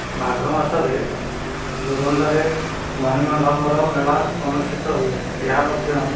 ମାଘ ମାସରେ ଜୋରନ୍ଦାରେ ମହିମା ଧର୍ମର ମେଳା ଅନୁଷ୍ଠିତ ହୁଏ ଏହା ମଧ୍ୟ